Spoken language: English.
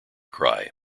cry